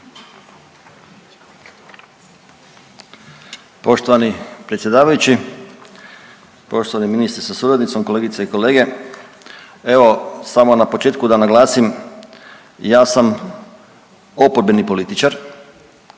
Poštovani predsjedavajući, poštovani ministre sa suradnicom, kolegice i kolege. Evo, samo na početku da naglasim, ja sam oporbeni političar,